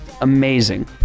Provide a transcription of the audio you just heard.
amazing